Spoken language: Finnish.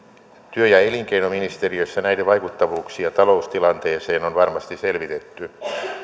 työ ja elinkeinoministeriössä näiden vaikuttavuuksia taloustilanteeseen on varmasti selvitetty